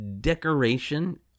decoration